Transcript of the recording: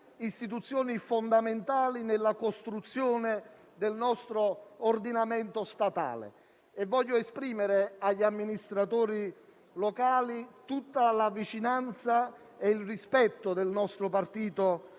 istituzioni fondamentali nella costruzione del nostro ordinamento statale e voglio esprimere agli amministratori locali tutta la vicinanza e il rispetto del nostro partito